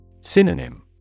Synonym